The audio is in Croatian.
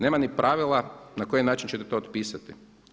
Nema ni pravila na koji način ćete to otpisati.